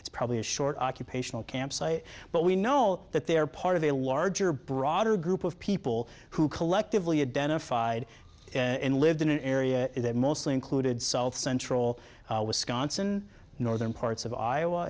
it's probably a short occupational campsite but we know that they're part of a larger broader group of people who collectively identified and lived in an area that mostly included south central wisconsin northern parts of iowa